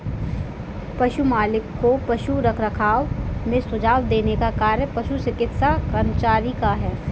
पशु मालिक को पशु रखरखाव में सुझाव देने का कार्य पशु चिकित्सा कर्मचारी का है